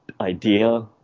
idea